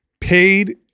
paid